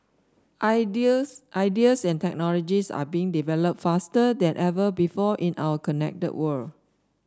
ideas ideas and technologies are being developed faster than ever before in our connected world